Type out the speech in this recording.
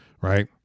right